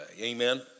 Amen